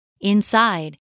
Inside